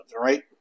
right